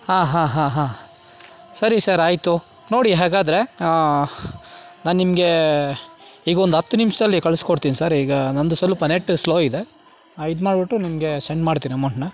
ಹಾಂ ಹಾಂ ಹಾಂ ಹಾಂ ಸರಿ ಸರ್ ಆಯಿತು ನೋಡಿ ಹಾಗಾದರೆ ನಾನು ನಿಮಗೆ ಈಗ ಒಂದು ಹತ್ ನಿಮಿಷಲ್ಲಿ ಕಳಿಸ್ಕೊಡ್ತೀನಿ ಸರ್ ಈಗ ನಂದು ಸ್ವಲ್ಪ ನೆಟ್ ಸ್ಲೋ ಇದೆ ಇದು ಮಾಡಿಬಿಟ್ಟು ನಿಮಗೆ ಸೆಂಡ್ ಮಾಡ್ತೀನಿ ಅಮೌಂಟ್ನ